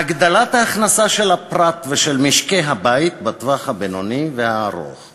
"הגדלת ההכנסה של הפרט ושל משקי-הבית בטווח הבינוני והארוך";